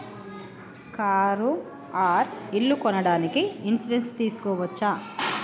Car or ఇల్లు కొనడానికి insurance తీస్కోవచ్చా?